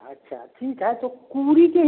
अच्छा ठीक है तो कूरी के हिं